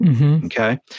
Okay